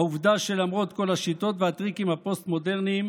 העובדה שלמרות כל השיטות והטריקים הפוסט-מודרניים